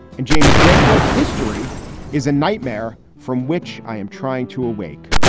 and james joyce wrote, history is a nightmare from which i am trying to awake.